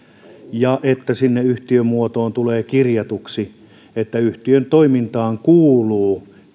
ja sinne yhtiömuotoon voi tulla kirjatuksi että yhtiön toimintaan kuuluu